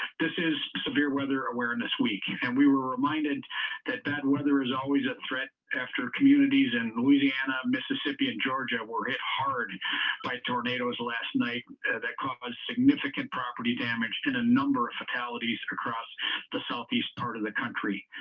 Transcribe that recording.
this is severe weather awareness week and we were reminded that that weather is always a threat after communities in louisiana mississippi and georgia were hit hard by tornadoes last night that caused significant property damage and a number of fatalities across the southeast part of the country.